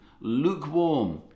lukewarm